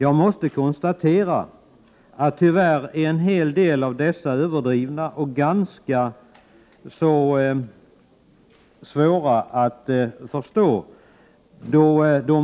Jag måste tyvärr konstatera att en hel del av dessa är överdrivna och svåra att förstå. Förslagen skulle också